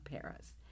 Paris